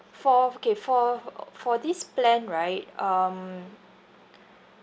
for f~ okay for for this plan right um